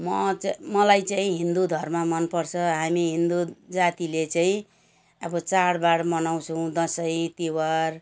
म चाहिँ मलाई चाहिँ हिन्दू धर्म मन पर्छ हामी हिन्दू जातिले चाहिँ अब चाडबाड मनाउँछौँ दसैँ तिहार